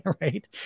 Right